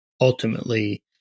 ultimately